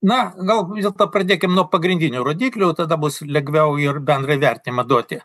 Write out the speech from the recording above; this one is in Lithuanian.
na gal vis dėlto pradėkim nuo pagrindinių rodiklių tada bus lengviau ir bendrą įvertinimą duoti